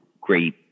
great